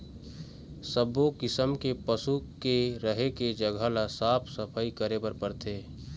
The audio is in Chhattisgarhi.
सब्बो किसम के पशु के रहें के जघा ल साफ सफई करे बर परथे